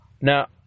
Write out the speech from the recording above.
Now